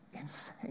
insane